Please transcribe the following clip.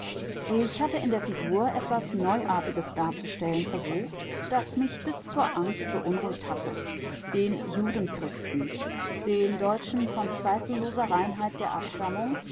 ich hatte in der figur etwas neuartiges darzustellen versucht das mich bis zur angst beunruhigt hatte den juden christen den deutschen von zweifelloser reinheit der abstammung